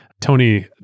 Tony